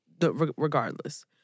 regardless